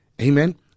Amen